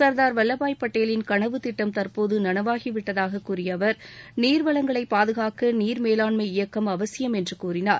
சர்தார் வல்லபாய் பட்டேலின் கனவுத் திட்டம் தற்போது நனவாகி விட்டதாக கூறிய அவர் நீர்வளங்களை பாதுகாக்க நீர் மேலாண்மை இயக்கம் அவசியம் என்று கூறினார்